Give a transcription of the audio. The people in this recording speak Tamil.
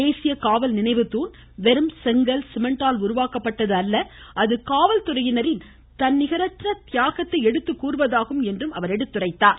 தேசிய காவல் நினைவு தூண் வெறும் செங்கல் சிமெண்டால் உருவாக்கப்பட்டது அல்ல அது காவல்துறையினரின் தன்னிகரற்ற தியாகத்தை எடுத்துக்கூறுவதாகும் என்றும் கூறினார்